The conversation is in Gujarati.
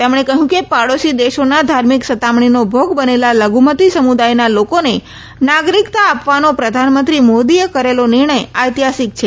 તેમણે કહયુ કે પાડોશી દેશોના ધાર્મિક સતામણીનો ભોગ બનેલા લઘુમતી સમુદાયના લોકોને નાગરીકતા અપાવવાનો પ્રધાનમંત્રી મોદીએ કરેલો નિર્ણય ઐતિહાસીક છે